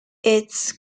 its